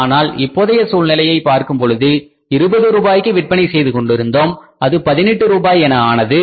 ஆனால் இப்போதைய சூழ்நிலையை பார்க்கும் பொழுது 20 ரூபாய்க்கு விற்பனை செய்து கொண்டிருந்தோம் அது 18 ரூபாய் என ஆனது